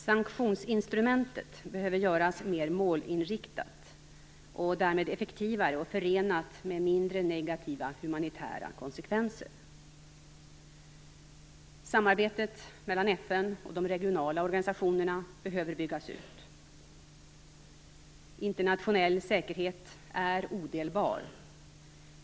Sanktionsinstrumentet behöver göras mer målinriktat och därmed effektivare och förenat med mindre negativa humanitära konsekvenser. Samarbetet mellan FN och de regionala organisationerna behöver byggas ut. Internationell säkerhet är odelbar.